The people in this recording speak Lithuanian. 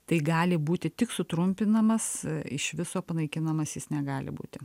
tai gali būti tik sutrumpinamas iš viso panaikinamas jis negali būti